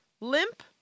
limp